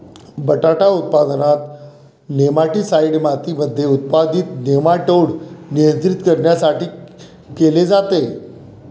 बटाटा उत्पादनात, नेमाटीसाईड मातीमध्ये उत्पादित नेमाटोड नियंत्रित करण्यासाठी केले जाते